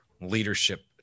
leadership